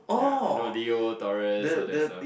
yea you know Leo Taurus or that stuff